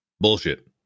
Bullshit